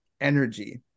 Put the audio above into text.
energy